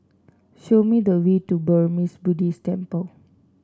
show me the way to Burmese Buddhist Temple